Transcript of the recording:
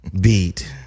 beat